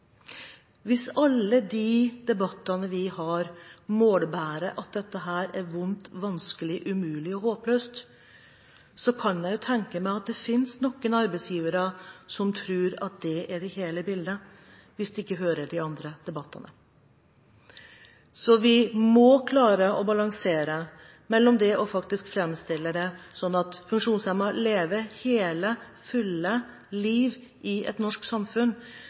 Hvis alle debattene vi har, målbærer at dette er vondt, vanskelig, umulig og håpløst, kan jeg tenke meg at det finnes noen arbeidsgivere som – hvis de ikke hører de andre debattene våre – tror at dette er hele bildet. Vi må klare å balansere dette ved å framstille det sånn at funksjonshemmede lever hele, fulle liv i et norsk samfunn.